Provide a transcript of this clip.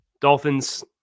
Dolphins